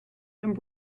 and